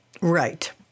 Right